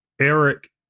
Eric